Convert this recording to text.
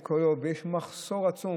ויש מחסור עצום.